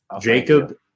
Jacob